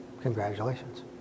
congratulations